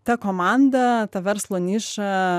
ta komanda ta verslo niša